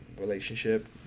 relationship